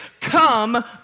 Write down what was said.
Come